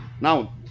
now